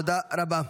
תודה רבה.